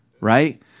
right